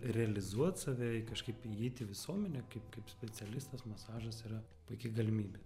realizuot save i kažkaip įeit į visuomenę kaip kaip specialistas masažas yra puiki galimybė